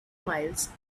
miles